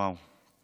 וואו.